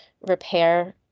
repair